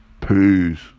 Peace